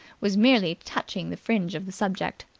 was merely touching the fringe of the subject.